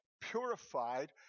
purified